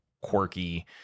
quirky